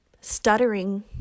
stuttering